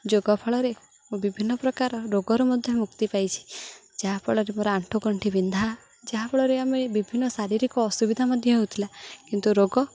ଯୋଗ ଫଳରେ ବିଭିନ୍ନ ପ୍ରକାର ରୋଗରୁ ମଧ୍ୟ ମୁକ୍ତି ପାଇଛି ଯାହାଫଳରେ ମୋର ଆଣ୍ଠୁ ଗଣ୍ଠି ବିନ୍ଧା ଯାହାଫଳରେ ଆମେ ବିଭିନ୍ନ ଶାରୀରିକ ଅସୁବିଧା ମଧ୍ୟ ହେଉଥିଲା କିନ୍ତୁ ରୋଗ